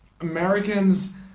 Americans